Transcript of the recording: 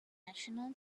national